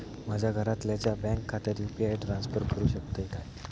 माझ्या घरातल्याच्या बँक खात्यात यू.पी.आय ट्रान्स्फर करुक शकतय काय?